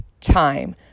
time